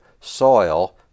soil